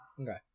Okay